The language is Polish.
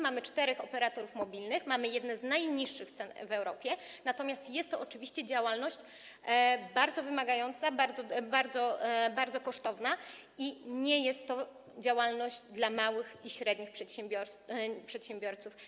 Mamy czterech operatorów mobilnych, mamy jedne z najniższych cen w Europie, natomiast jest to oczywiście działalność bardzo wymagająca, bardzo kosztowna i nie jest to działalność dla małych i średnich przedsiębiorców.